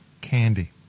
Candy